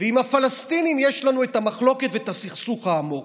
עם הפלסטינים יש לנו את המחלוקת ואת הסכסוך העמוק.